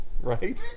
Right